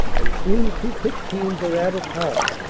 and soon two picked teams are at it hard,